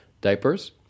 diapers